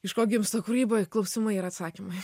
iš ko gimsta kūryba klausimai ir atsakymai